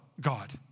God